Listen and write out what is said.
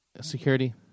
security